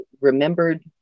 remembered